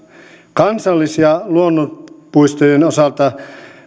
kansallis ja luonnonpuistojen osalta